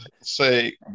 say